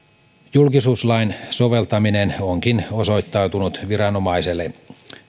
julkisuuslain soveltaminen onkin osoittautunut viranomaisille